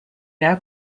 now